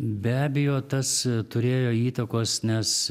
be abejo tas turėjo įtakos nes